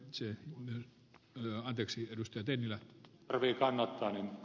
se on kyllä anteeksi edustaa jos tarvitsee kannattaa